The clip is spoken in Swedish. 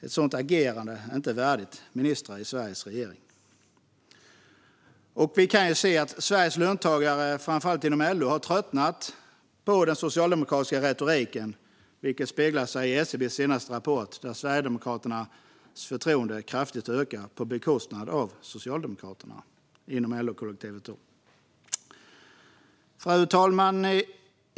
Ett sådant agerande är inte värdigt ministrar i Sveriges regering. Vi kan se att Sveriges löntagare, framför allt inom LO, har tröttnat på den socialdemokratiska retoriken, vilket speglar sig i SCB:s senaste mätning, där Sverigedemokraternas förtroende kraftigt ökat på bekostnad av Socialdemokraterna inom LO-kollektivet. Fru talman!